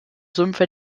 sümpfe